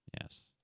Yes